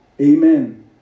amen